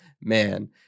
Man